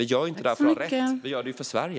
Vi gör inte detta för att ha rätt, vi gör det för Sverige.